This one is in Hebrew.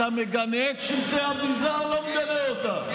אתה מגנה את שלטי הביזה או לא מגנה אותם?